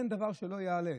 אין דבר שלא יעלה.